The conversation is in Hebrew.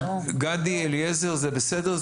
גדי, אליעזר, זה בסדר?